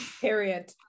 period